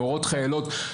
מורות-חיילות,